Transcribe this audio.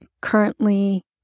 currently